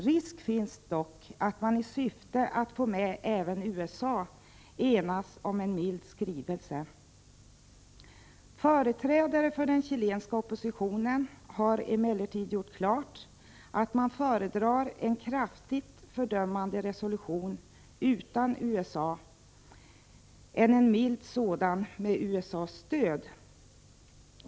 Risk finns dock att man i syfte att få med även USA enas om en mild skrivelse. Företrädare för den chilenska oppositionen har emellertid gjort klart att man föredrar en kraftigt fördömande resolution utan USA framför en mild sådan med USA:s stöd.